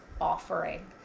offering